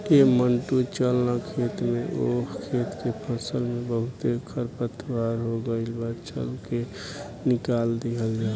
ऐ मंटू चल ना खेत में ओह खेत के फसल में बहुते खरपतवार हो गइल बा, चल के निकल दिहल जाव